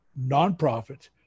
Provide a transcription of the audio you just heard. nonprofits